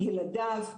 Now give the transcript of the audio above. ילדיו,